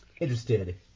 interested